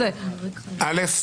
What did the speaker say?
טלי,